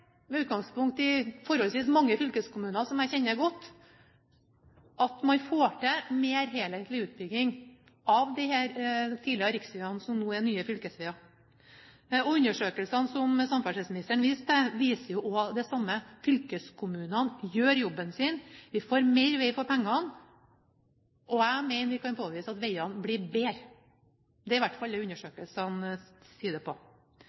med utgangspunkt i forholdsvis mange fylkeskommuner som jeg kjenner godt, at man får til en mer helhetlig utbygging av de tidligere riksveiene som nå er nye fylkesveier. Undersøkelsene som samferdselsministeren viste til, viser også det samme. Fylkeskommunene gjør jobben sin. Vi får mer vei for pengene, og jeg mener at vi kan påvise at veiene blir bedre. Det er i hvert fall det undersøkelsene tyder på.